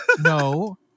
no